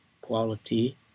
quality